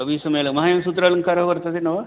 महालयसूत्रालङ्कारः वर्तते न वा